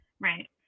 Right